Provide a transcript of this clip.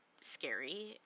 scary